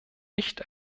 nicht